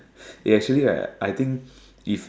eh actually right I think if